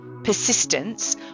Persistence